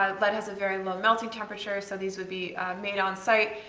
um lead has a very low melting temperature, so these would be made on site,